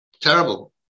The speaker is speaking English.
Terrible